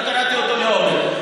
אני קראתי אותו מאוד.